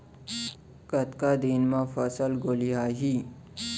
कतका दिन म फसल गोलियाही?